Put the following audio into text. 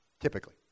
typically